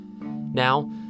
Now